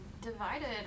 divided